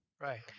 Right